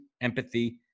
empathy